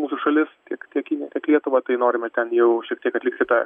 mūsų šalis tiek tiek kiniją tiek lietuvą tai norime ten jau šiek tiek atlikti tą